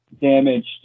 damaged